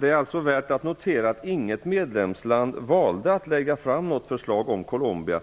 Det är alltså värt att notera att inget medlemsland valde att lägga fram något förslag om Colombia,